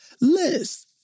List